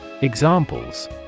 Examples